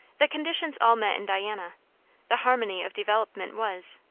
the conditions all met in diana the harmony of development was,